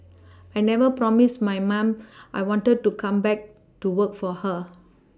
I never promised my ma'am I wanted to come back to work for her